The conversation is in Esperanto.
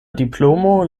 diplomo